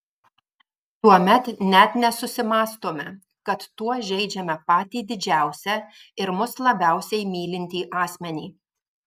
tuomet net nesusimąstome kad tuo žeidžiame patį didžiausią ir mus labiausiai mylintį asmenį